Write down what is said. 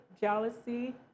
jealousy